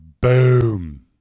boom